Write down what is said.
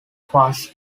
fuzz